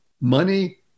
money